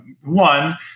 one